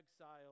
exile